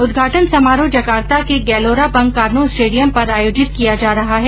उद्घाटन समारोह जकार्ता के गैलोरा बंग कानो स्टेडियम पर आयोजित किया जा रहा है